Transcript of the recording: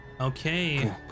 Okay